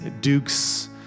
dukes